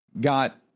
got